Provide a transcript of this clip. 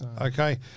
Okay